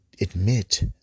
admit